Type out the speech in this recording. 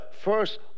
first